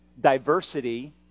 diversity